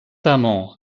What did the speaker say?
amant